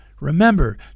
Remember